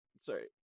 sorry